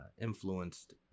influenced